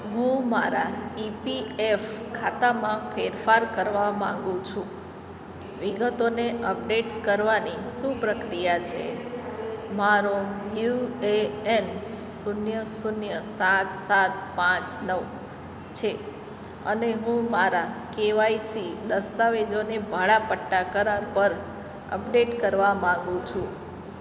હું મારા ઇપીએફ ખાતામાં ફેરફાર કરવા માંગુ છું વિગતોને અપડેટ કરવાની શું પ્રક્રિયા છે મારો યુ એ એન શૂન્ય શૂન્ય સાત સાત પાંચ નવ છે અને હું મારા કેવાયસી દસ્તાવેજોને ભાડા પટ્ટા કરાર પર અપડેટ કરવા માગું છું